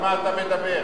על מה אתה מדבר?